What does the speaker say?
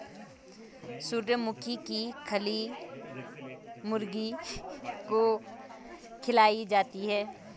सूर्यमुखी की खली मुर्गी को खिलाई जाती है